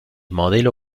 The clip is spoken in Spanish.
modelo